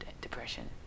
depression